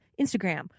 Instagram